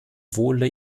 wohle